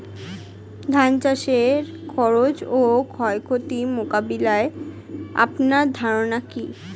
ধান চাষের খরচ ও ক্ষয়ক্ষতি মোকাবিলায় আপনার ধারণা কী?